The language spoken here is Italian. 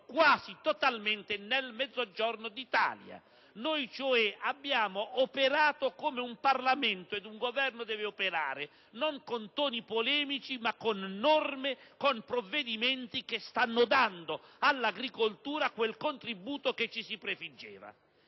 quasi totalmente nel Mezzogiorno d'Italia. Noi cioè abbiamo operato come un Parlamento ed un Governo devono fare, senza toni polemici, ma con norme, con provvedimenti che stanno attribuendo all'agricoltura il contributo che ci si prefiggeva